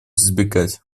избегать